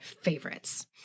Favorites